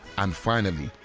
and finally,